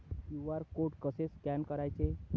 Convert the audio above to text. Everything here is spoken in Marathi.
क्यू.आर कोड कसे स्कॅन करायचे?